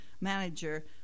manager